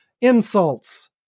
insults